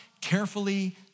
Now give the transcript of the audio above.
carefully